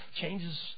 Changes